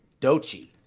Dochi